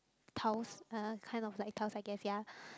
tiles uh kind of like tiles I guess ya